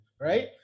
right